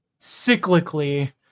cyclically